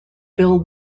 build